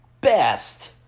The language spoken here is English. best